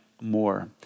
more